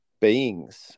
beings